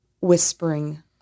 whispering